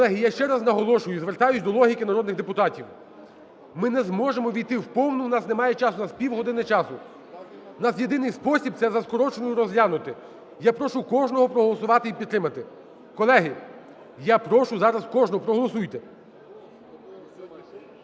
Колеги, я ще раз наголошую, звертаюсь до логіки народних депутатів. Ми не зможемо ввійти в повну, у нас немає часу, у нас півгодини часу. У нас єдиний спосіб, це за скороченою розглянути. Я прошу кожного проголосувати і підтримати. Колеги, я прошу зараз кожного, проголосуйте.